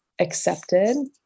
accepted